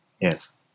Yes